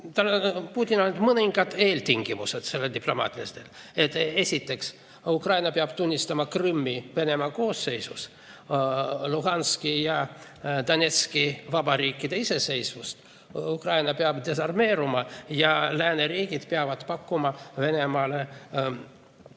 on ainult mõningad eeltingimused sellele diplomaatiale. Esiteks, Ukraina peab tunnistama Krimmi Venemaa koosseisus, Luhanski ja Donetski vabariigi iseseisvust, Ukraina peab desarmeeruma ja lääneriigid peavad pakkuma Venemaale